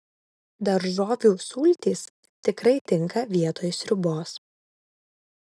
daržovių sultys tikrai tinka vietoj sriubos